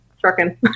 trucking